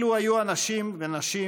אלו היו אנשים ונשים,